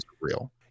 real